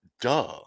duh